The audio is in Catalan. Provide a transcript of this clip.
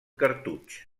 cartutx